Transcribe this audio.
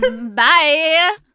Bye